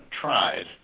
tried